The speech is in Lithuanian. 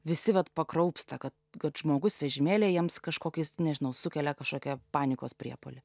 visi vat pakraupsta kad kad žmogus vežimėlyje jiems kažkokius nežinau sukelia kažkokią panikos priepuolį